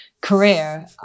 career